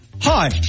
Hi